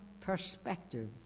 perspective